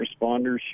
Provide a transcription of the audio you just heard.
responders